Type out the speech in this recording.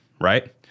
right